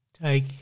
take